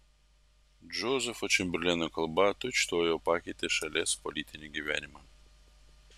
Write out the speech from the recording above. džozefo čemberleno kalba tučtuojau pakeitė šalies politinį gyvenimą